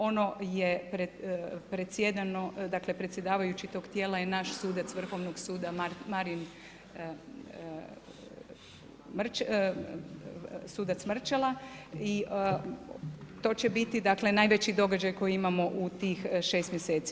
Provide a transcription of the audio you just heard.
Ono je predsjedano, dakle, predsjedavajući tog tijela je naš sudac Vrhovnog suda Marin Mrčela i to će biti dakle, najveći događaj koji imamo u tih 6 mjeseci.